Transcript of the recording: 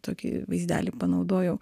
tokį vaizdelį panaudojau